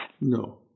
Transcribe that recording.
No